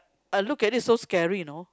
I look at it so scary you know